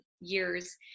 years